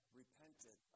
repented